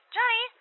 Johnny